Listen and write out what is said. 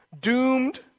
doomed